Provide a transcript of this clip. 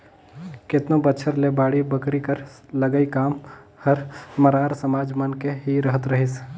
केतनो बछर ले बाड़ी बखरी कर लगई काम हर मरार समाज मन के ही रहत रहिस